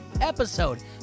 episode